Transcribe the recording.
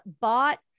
bought